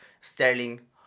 Sterling